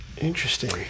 Interesting